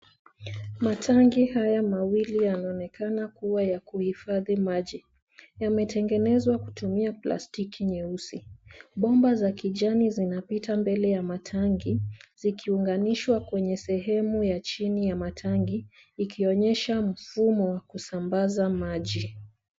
Matanki haya mawili yanaonekana kuwa ya kuhifadhi maji ,yametegenzwa kutumia plastiki nyeusi bomba za kijani ziinapita mbele ya matanki zikiuganishwa kwenye sehemu ya chini ya matanki ikionnyesha mfumo wa kusambaza maji.